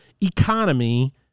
economy